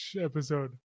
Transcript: episode